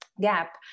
Gap